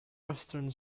western